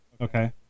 Okay